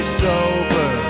sober